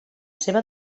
seva